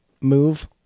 move